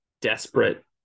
desperate